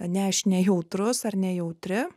ne aš nejautrus ar nejautri